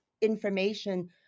information